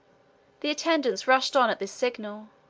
the attendants rushed on at this signal,